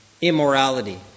immorality